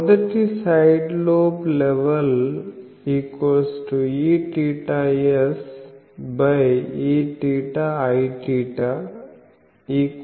మొదటి side lobe level I EθsIIEθIθ0sin4